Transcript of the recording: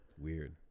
weird